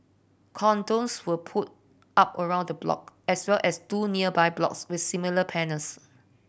cordons were put up around the block as well as two nearby blocks with similar panels